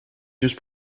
just